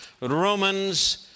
Romans